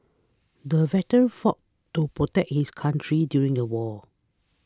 the veteran fought to protect his country during the war